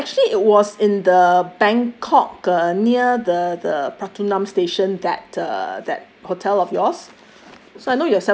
uh actually it was in the bangkok uh near the the pratunam station that uh that hotel of yours